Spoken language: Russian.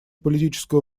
политическую